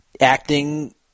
acting